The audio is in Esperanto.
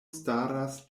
staras